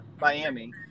Miami